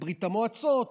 לברית המועצות,